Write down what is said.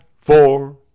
four